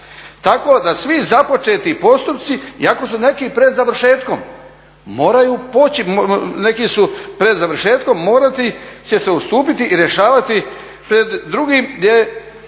Tako da svi započeti postupci iako su neki pred završetkom moraju poći, neki su pred završetkom, morati će se ustupiti i rješavati pred drugim gdje